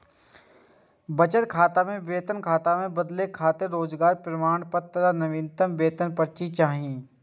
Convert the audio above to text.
बचत खाता कें वेतन खाता मे बदलै खातिर रोजगारक प्रमाण आ नवीनतम वेतन पर्ची चाही